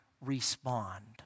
Respond